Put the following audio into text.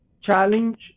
challenge